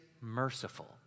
merciful